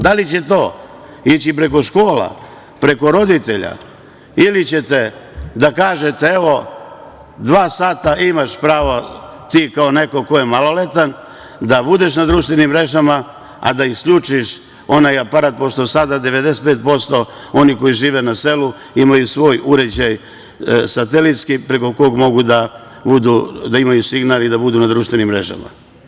Da li će to ići preko škola, preko roditelja ili ćete da kažete – evo, dva sata imaš pravo ti kao neko ko je maloletan da budeš na društvenim mrežama, a da isključiš onaj aparata, pošto sada 95% onih koji žive na selu imaju svoj uređaj satelitski preko koga mogu da imaju signal i da budu na društvenim mrežama.